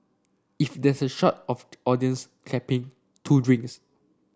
if there's a shot of audience clapping two drinks